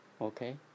okay